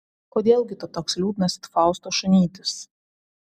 kodėl gi tu toks liūdnas it fausto šunytis